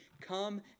come